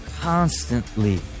constantly